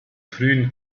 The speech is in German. frühen